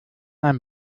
ein